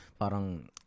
parang